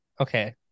Okay